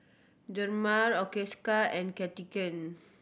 Dermale Osteocare and Cartigain